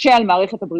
קשה על מערכת הבריאות